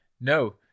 No